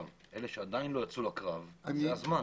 אלה שעדיין לא יצאו לקרב - זה הזמן.